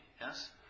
Yes